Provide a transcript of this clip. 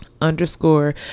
underscore